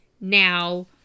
now